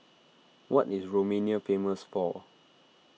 what is Romania famous for